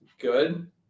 good